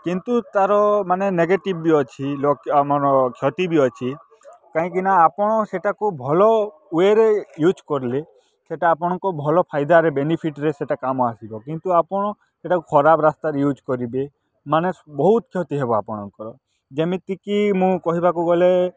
କିନ୍ତୁ ତା'ର ମାନେ ନେଗେଟିଭ୍ ବି ଅଛି ଆମର କ୍ଷତି ବି ଅଛି କାହିଁକିନା ଆପଣ ସେଇଟାକୁ ଭଲ ୱେରେ ୟୁଜ୍ କରିଲେ ସେଇଟା ଆପଣଙ୍କର ଭଲ ଫାଇଦାରେ ବେନିଫିଟରେ ସେଇଟା କାମ ଆସିବ କିନ୍ତୁ ଆପଣ ସେଇଟାକୁ ଖରାପ ରାସ୍ତାରେ ୟୁଜ୍ କରିବେ ମାନେ ବହୁତ କ୍ଷତି ହେବ ଆପଣଙ୍କର ଯେମିତିକି ମୁଁ କହିବାକୁ ଗଲେ